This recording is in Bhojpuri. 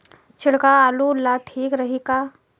छिड़काव आलू ला ठीक रही का?